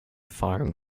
firing